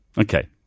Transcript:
Okay